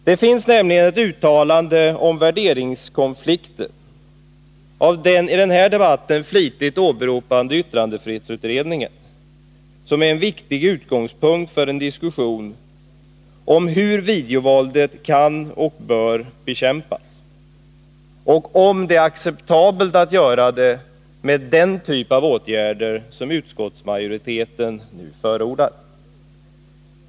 Det finns nämligen ett uttalande om värderingskonflikter av den i den här debatten flitigt åberopade yttrandefrihetsutredningen, som är en viktig utgångspunkt för en diskussion om hur videovåldet kan och bör bekämpas och om det är acceptabelt att göra det med den typ av åtgärder som utskottsmajoriteten förordar.